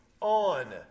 on